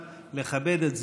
חברי הכנסת,